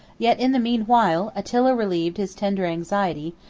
yet, in the mean while, attila relieved his tender anxiety,